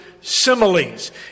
similes